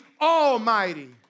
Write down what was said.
Almighty